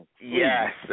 Yes